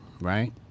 right